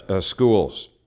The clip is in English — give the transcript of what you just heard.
schools